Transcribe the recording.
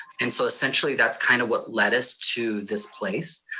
and so essentially, that's kind of what lead us to this place.